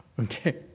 Okay